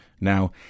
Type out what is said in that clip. now